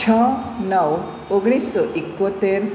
છ નવ ઓગણીસો ઇકોતેર